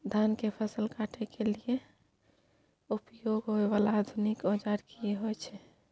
धान के फसल काटय के लिए उपयोग होय वाला आधुनिक औजार की होय छै?